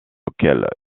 auxquels